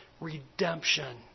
redemption